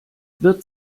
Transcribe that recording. wird